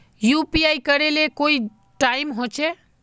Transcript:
UPI करे ले कोई टाइम होचे?